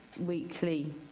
weekly